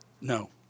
No